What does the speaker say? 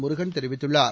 முருகன் தெரிவித்துள்ளார்